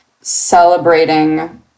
celebrating